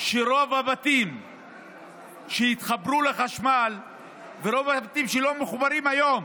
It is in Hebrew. שרוב הבתים שיתחברו לחשמל ורוב הבתים שלא מחוברים היום